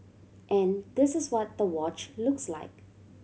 and this is what the watch looks like